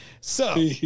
So-